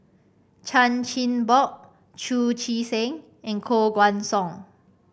Chan Chin Bock Chu Chee Seng and Koh Guan Song